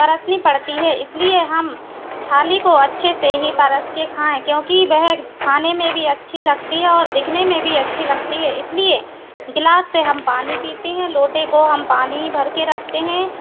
परोसनी पड़ती है इसलिए हम थाली को अच्छे से ही परोस कर खाएँ क्योंकि वह खाने में भी अच्छी लगती है और दिखने में भी अच्छी लगती है इसलिए गिलास से हम पानी पीते हैं लोटे को हम पानी भर कर रखते हैं